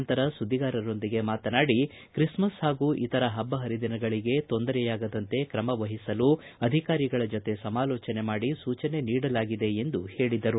ನಂತರ ಸುದ್ದಿಗಾರರೊಂದಿಗೆ ಮಾತನಾಡಿ ಕ್ರಿಸ್ಮಸ್ ಹಾಗೂ ಇತರ ಹಬ್ಲ ಪರಿದಿನಗಳಿಗೆ ತೊಂದರೆ ಆಗದಂತೆ ಕ್ರಮ ವಹಿಸಲು ಅಧಿಕಾರಿಗಳ ಜತೆ ಸಮಾಲೋಚನೆ ಮಾಡಿ ಸೂಜನೆ ನೀಡಲಾಗಿದೆ ಎಂದು ಹೇಳಿದರು